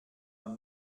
man